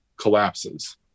collapses